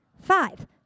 Five